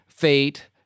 fate